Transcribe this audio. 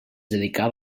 dedicava